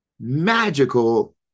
magical